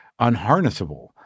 unharnessable